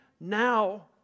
now